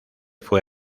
fue